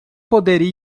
poderia